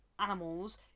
animals